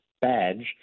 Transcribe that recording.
badge